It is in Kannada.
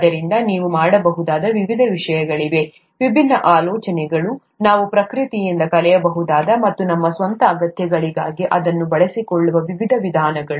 ಆದ್ದರಿಂದ ನೀವು ಮಾಡಬಹುದಾದ ವಿವಿಧ ವಿಷಯಗಳಿವೆ ವಿಭಿನ್ನ ಆಲೋಚನೆಗಳು ನಾವು ಪ್ರಕೃತಿಯಿಂದ ಕಲಿಯಬಹುದಾದ ಮತ್ತು ನಮ್ಮ ಸ್ವಂತ ಅಗತ್ಯಗಳಿಗಾಗಿ ಅದನ್ನು ಬಳಸಿಕೊಳ್ಳುವ ವಿವಿಧ ವಿಧಾನಗಳು